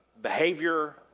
behavior